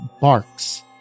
barks